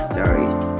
Stories